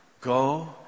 Go